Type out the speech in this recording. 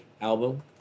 album